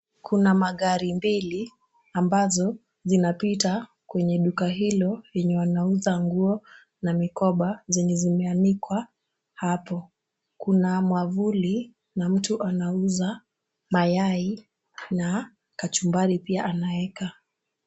Kuna magari mbili ambazo zinapita kwenye duka hilo lenye wanauza nguo na mikoba zenye zimeanikwa hapo. Kuna mwavuli na mtu anauza mayai na kachumbari pia anaeka.